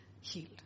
healed